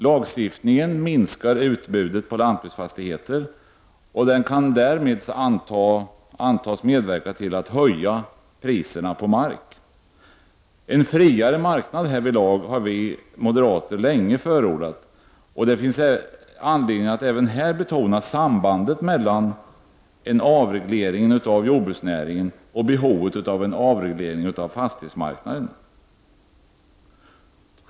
Lagstiftningen minskar utbudet på lantbruksfastigheter och kan därmed antas medverka till att höja priserna på mark. En friare marknad härvidlag har vi moderater länge förordat, och det finns anledning att även här betona sambandet mellan en avreglering av jordbruksnäringen och behovet av en avreglering av fastighetsmarknaden.